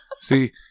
See